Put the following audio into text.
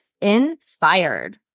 inspired